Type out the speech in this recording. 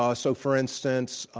ah so, for instance,